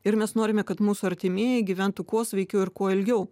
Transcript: ir mes norime kad mūsų artimieji gyventų kuo sveikiau ir kuo ilgiau